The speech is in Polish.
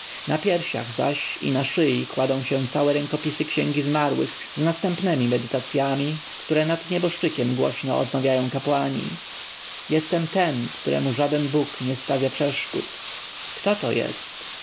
na piersiach zaś i na szyi kładą się całe rękopisy księgi zmarłych z następnemi medytacjami które nad nieboszczykiem głośno odmawiają kapłani jestem ten któremu żaden bóg nie stawia przeszkód kto to jest